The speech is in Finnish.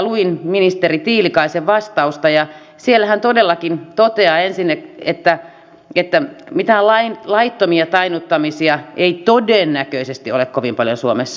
luin ministeri tiilikaisen vastausta ja siellä hän todellakin toteaa ensin että mitään laittomia tainnuttamisia ei todennäköisesti ole kovin paljon suomessa